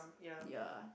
ya